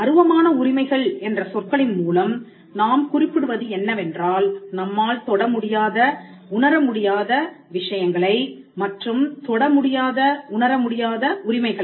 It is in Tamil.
அருவமான உரிமைகள் என்ற சொற்களின் மூலம் நாம் குறிப்பிடுவது என்னவென்றால் நம்மால் தொட முடியாத உணர முடியாத விஷயங்களை மற்றும் தொடமுடியாத உணர முடியாத உரிமைகளை